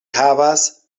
havas